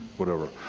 whatever.